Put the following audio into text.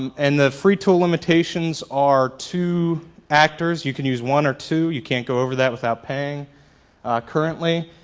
and the free tool limitations are two actors. you can use one or two. you can't go over that without paying currently.